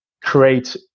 create